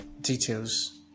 details